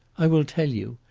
i will tell you.